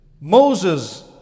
moses